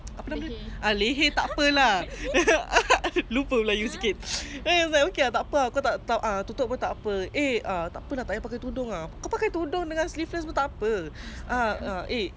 never heard of that but ya like semalam dah cakap ah it's like okay that kind of teguran is like you are stupid and you like to sugarcoat everyone what are you trying to get is like !wow!